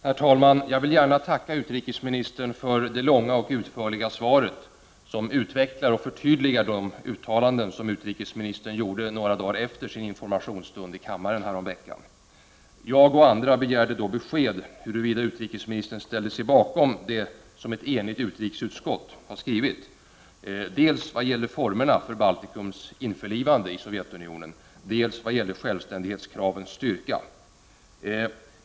Herr talman! Jag vill gärna tacka utrikesministern för det långa och utförliga svaret som utvecklar och förtydligar de uttalanden som utrikesministern gjorde några dagar efter sin informationsstund i kammaren häromveckan. Jag och andra begärde då besked om huruvida utrikesministern ställde sig bakom den skrivning som gjorts av ett enigt utrikesutskott dels vad gäller formerna för Baltikums införlivande med Sovjetunionen, dels vad gäller självständighetskravens styrka.